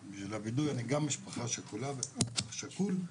לווידוי, אני גם משפחה שכולה, אח שכול,